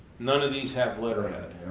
none of these have letterhead.